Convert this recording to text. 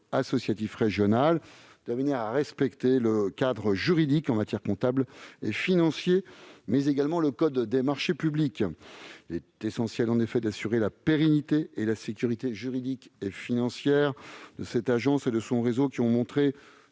associatif régional. Il est déterminé à respecter le cadre juridique, comptable et financier, mais également le code des marchés publics. Il est en effet essentiel d'assurer la pérennité et la sécurité juridique et financière de cette agence et de son réseau qui ont montré